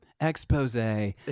expose